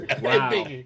Wow